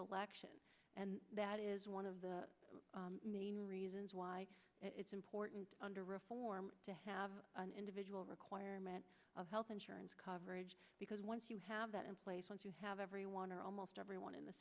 selection and that is one of the main reasons why it's important to reform to have an individual requirement of health insurance coverage because once you have that in place once you have everyone or almost everyone in the